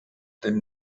dem